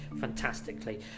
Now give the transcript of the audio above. fantastically